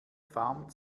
farm